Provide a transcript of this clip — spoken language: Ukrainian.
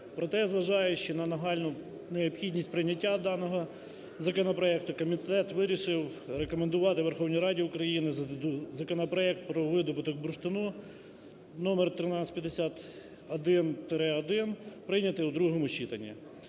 Проте, зважаючи на нагальну необхідність прийняття даного законопроекту, комітет вирішив рекомендувати Верховній Раді України законопроект про видобуток бурштину (номер 1351-1) прийняти у другому читанні.